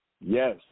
Yes